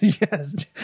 yes